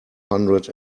hundred